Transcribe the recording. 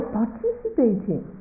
participating